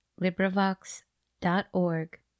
LibriVox.org